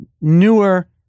newer